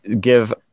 give